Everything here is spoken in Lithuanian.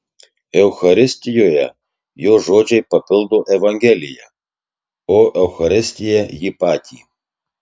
eucharistijoje jo žodžiai papildo evangeliją o eucharistija jį patį